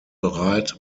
bereit